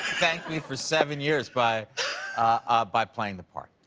thanked me for seven years by ah by playing the part.